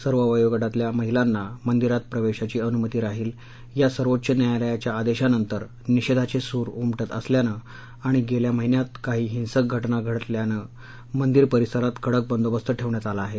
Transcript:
सर्व वयोगटातल्या महिलांना मंदिरात प्रवेशाची अनुमती राहील या सर्वोच्च न्यायालयाच्या आदेशानंतर निषेधाचे सूर उमटत असल्यानं आणि गेल्या महिन्यात काही हिंसक घटना घडल्यानं मंदिर परिसरात कडक बंदोबस्त ठेवण्यात आला आहे